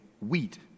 wheat